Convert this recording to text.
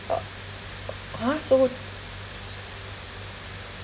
uh !huh! so